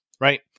right